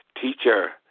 teacher